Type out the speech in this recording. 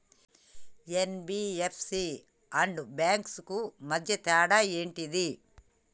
NBFC and banks కు మధ్య తేడా ఏంటిది?